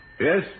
Yes